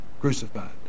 crucified